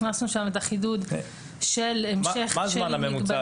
הכנסנו שם את החידוד של המשך --- מה הזמן הממוצע